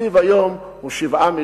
אחד